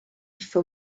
for